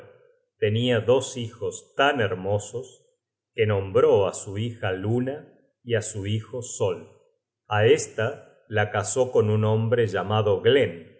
tenia dos hijos tan hermosos que nombró á su hija luna y á su hijo sol á esta la casó con un hombre llamado glen